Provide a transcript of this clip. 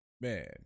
man